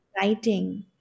writing